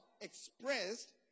expressed